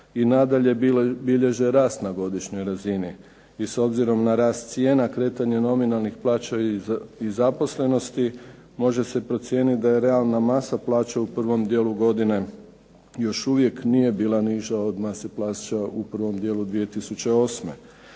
i nadalje bilježe rast na godišnjoj razini i s obzirom na rast cijena kretanje nominalnih plaća i zaposlenosti može se procijeniti da je realna masa plaća u prvom dijelu godine još uvijek nije bila niža od mase plaća u prvom dijelu 2008.